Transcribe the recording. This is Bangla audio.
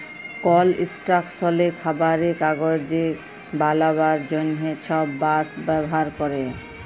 কলস্ট্রাকশলে, খাবারে, কাগজ বালাবার জ্যনহে ছব বাঁশ ব্যাভার ক্যরে